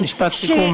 משפט סיכום,